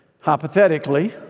hypothetically